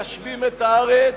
הם מיישבים את הארץ,